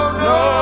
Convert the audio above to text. no